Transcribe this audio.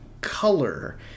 Color